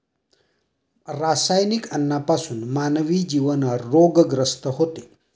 रासायनिक अन्नापासून मानवी जीवन रोगग्रस्त होते